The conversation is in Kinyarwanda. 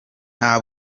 nta